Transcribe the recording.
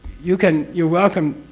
you can. you're welcome